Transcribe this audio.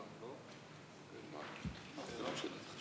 ההצעה להעביר את הנושא לוועדה שתקבע ועדת הכנסת